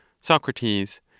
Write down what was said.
Socrates